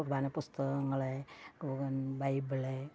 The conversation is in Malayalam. കുർബാന പുസ്തകങ്ങൾ ബൈബിൾ